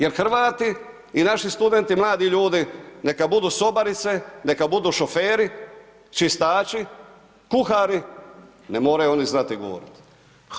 Jer Hrvati i naši studenti, mladi ljudi neka budu sobarice, neka budu šoferi, čistači, kuhari, ne moraju oni znati govoriti.